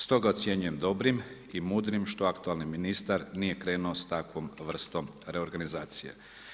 Stoga, ocjenjujem dobrim i mudrim što aktualni ministar nije krenuo s takvom vrstom reorganizacije.